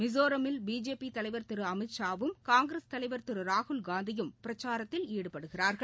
மிசோராமில் பிஜேபிதலைவர் திருஅமித்ஷா வும் காங்கிரஸ் திருராகுல்காந்தியும் தலைவர் பிரச்சாரத்தில் ஈடுபடுகிறார்கள்